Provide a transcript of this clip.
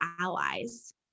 allies